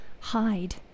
hide